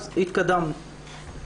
אז התקדמנו.